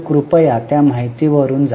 तर कृपया त्या माहितीवरून जा